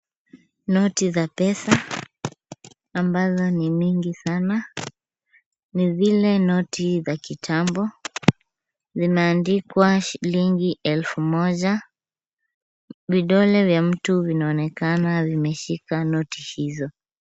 Noti za pesa ambazo ni mingi sana ni zile noti za kitambo ,zimeandikwa shilingi elfu moja. Vidole vya mtu vinaonekana vimeshika noti hizo.